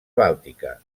bàltica